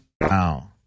Wow